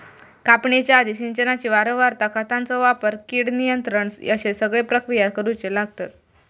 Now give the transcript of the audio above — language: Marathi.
कापणीच्या आधी, सिंचनाची वारंवारता, खतांचो वापर, कीड नियंत्रण अश्ये सगळे प्रक्रिया करुचे लागतत